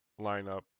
lineup